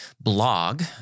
blog